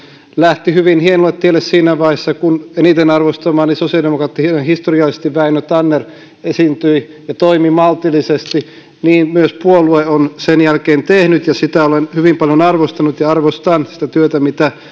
lähti hyvin hienolle tielle siinä vaiheessa kun historiallisesti eniten arvostamani sosiaalidemokraatti väinö tanner esiintyi ja toimi maltillisesti niin myös puolue on sen jälkeen tehnyt ja sitä olen hyvin paljon arvostanut ja arvostan sitä työtä mitä puolue